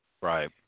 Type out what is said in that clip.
right